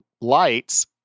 lights